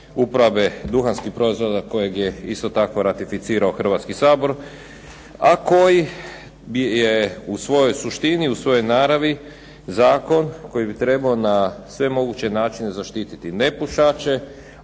uporabe duhanskih proizvoda kojeg je isto tako ratificirao Hrvatski sabor, a koji je u svojoj suštini, u svojoj naravi zakon koji bi trebao na sve moguće načine zaštiti nepušače,